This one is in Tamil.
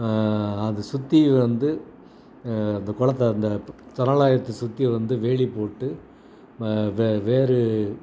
அது சுற்றி வந்து அந்த குளத்த அந்த சரணாலயத்தை சுற்றி வந்து வேலி போட்டு வ வே வேறு